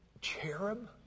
cherub